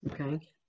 Okay